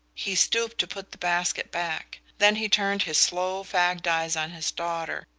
he stooped to put the basket back then he turned his slow fagged eyes on his daughter.